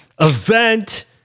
event